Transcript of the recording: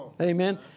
Amen